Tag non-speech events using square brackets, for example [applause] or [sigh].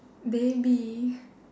they be [breath]